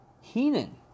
Heenan